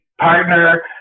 partner